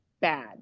bad